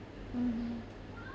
mmhmm